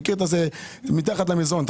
מתחת למזנון.